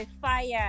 fire